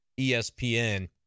ESPN